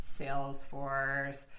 Salesforce